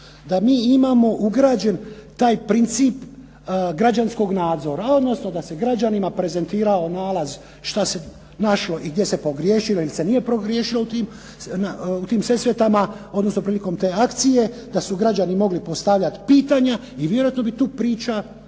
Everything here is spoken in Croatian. da mi imamo ugrađen taj princip građanskog nadzora, odnosno da se građanima prezentirao nalaz što se našlo i gdje se pogriješilo ili se nije pogriješilo u tim Sesvetama, odnosno prilikom te akcije, da su građani mogli postavljat pitanja i vjerojatno bi tu priča